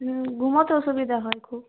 হুম ঘুমোতে অসুবিধা হয় খুব